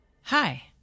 Hi